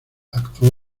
actuó